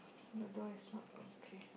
the door is not okay